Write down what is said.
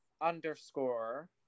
underscore